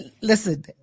listen